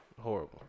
Horrible